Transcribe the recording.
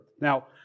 Now